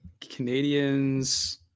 Canadians